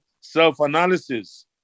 self-analysis